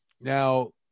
Now